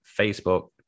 Facebook